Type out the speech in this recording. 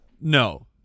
No